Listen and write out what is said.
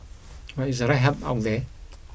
but is the right help out there